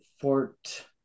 Fort